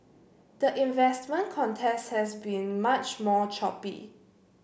the investment contest has been much more choppy